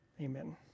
Amen